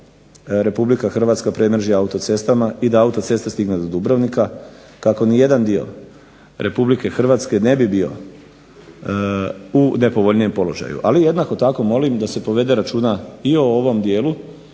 Republika Hrvatska premreži autocestama i da autocesta stigne do Dubrovnika kako nijedan dio Republike Hrvatske ne bi bio u nepovoljnijem položaju. Ali jednako tako molim da se povede računa i o ovom dijelu